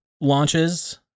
launches